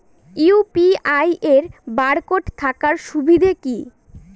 UPI এর barcode থাকার সুবিধে কি?